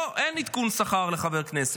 לא, אין עדכון שכר לחבר כנסת.